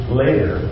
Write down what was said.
later